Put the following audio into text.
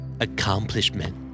Accomplishment